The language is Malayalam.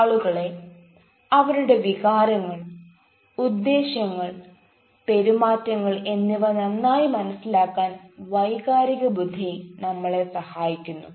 ആളുകളെ അവരുടെ വികാരങ്ങൾ ഉദ്ദേശ്യങ്ങൾ പെരുമാറ്റങ്ങൾ എന്നിവ നന്നായി മനസ്സിലാക്കാൻ വൈകാരിക ബുദ്ധി നമ്മളെ സഹായിക്കുന്നു